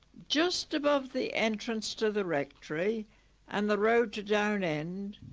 just above the entrance to the rectory and the road to down end.